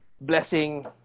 blessing